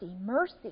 mercy